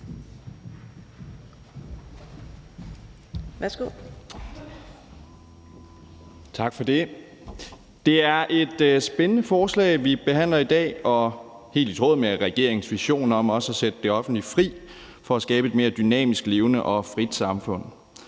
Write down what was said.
Tak for det. Det er et spændende forslag, vi behandler i dag, og det er helt i tråd med regeringens vision om at sætte det offentlige fri for at kunne skabe et mere dynamisk, levende og frit samfund.